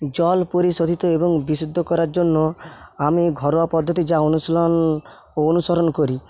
জল পরিশোধিত এবং বিশুদ্ধ করার জন্য আমি ঘরোয়া পদ্ধতি যা অনুশীলন ও অনুসরণ করি